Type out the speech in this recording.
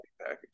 package